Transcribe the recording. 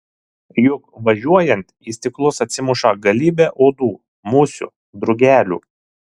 juk važiuojant į stiklus atsimuša galybė uodų musių drugelių